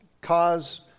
cause